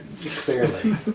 Clearly